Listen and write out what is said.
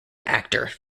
actor